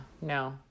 no